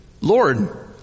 Lord